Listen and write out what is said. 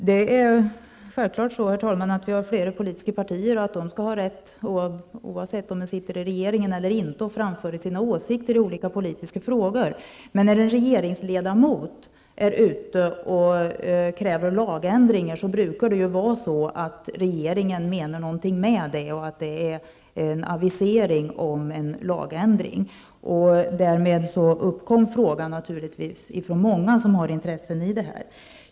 Herr talman! Vi har flera politiska partier som självfallet skall ha rätt att framföra sina åsikter i olika politiska frågor, oavsett om de sitter i regeringen eller inte. Men när en regeringsledamot kräver lagändringar brukar regeringen mena någonting med det. Det brukar vara en avisering om en lagändring. Därmed uppkom frågan naturligtvis från många som har intressen i detta.